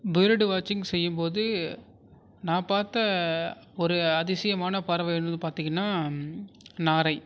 bird வாட்ச்சிங் செய்யும்போது நான் பார்த்த ஒரு அதிசயமான பறவை என்னதுன்னு பார்த்திங்கனா நாரை